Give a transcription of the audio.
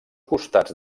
costats